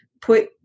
put